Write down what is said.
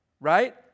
right